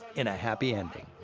in a happy ending.